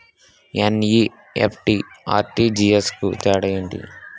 NEFT, RTGS కు తేడా ఏంటి?